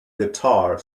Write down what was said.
guitar